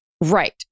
right